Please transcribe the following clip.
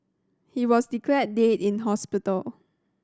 he was declared dead in hospital